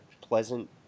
pleasant